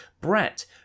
Brett